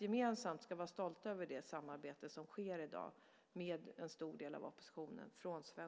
Gemensamt ska vi vara stolta över det samarbete som i dag sker från svensk sida med en stor del av oppositionen.